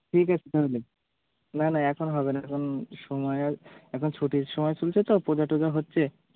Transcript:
three days কেউ নেই না না এখন হবে না এখন সময় আর এখন ছুটির সময় চলছে তো পুজো টুজো হচ্ছে